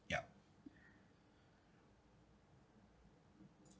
yup